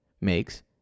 makes